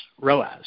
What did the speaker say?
ROAS